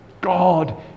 god